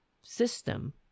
system